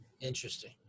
Interesting